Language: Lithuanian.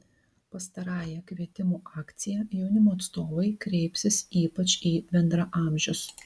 pastarąja kvietimų akcija jaunimo atstovai kreipsis ypač į bendraamžius